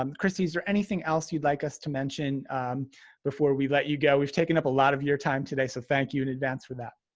um kristy, is there anything else you'd like us to mention before we let you go? we've taken up a lot of your time today so thank you in advance for that.